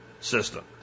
system